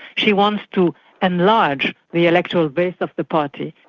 she wants to enlarge the electoral base of the party,